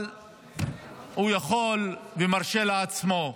אבל הוא יכול ומרשה לעצמו.